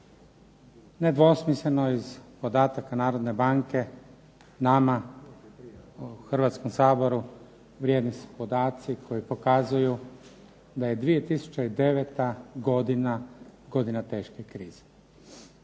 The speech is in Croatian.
Nedvosmisleno iz podataka Narodne banke nama u Hrvatskom saboru vrijedni su podaci koji pokazuju da je 2009. godina, godina teške krize